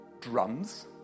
drums